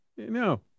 No